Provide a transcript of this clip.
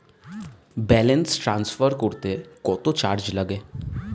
Balance transfer করতে কত charge লাগে?